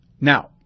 Now